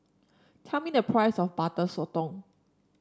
tell me the price of Butter Sotong